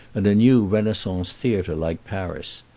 and a new renaissance theatre like paris.